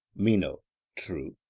meno true.